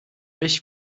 beş